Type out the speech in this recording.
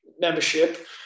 membership